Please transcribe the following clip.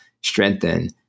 strengthen